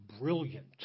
brilliant